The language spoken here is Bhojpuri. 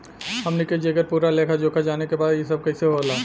हमनी के जेकर पूरा लेखा जोखा जाने के बा की ई सब कैसे होला?